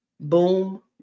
Boom